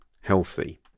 healthy